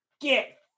get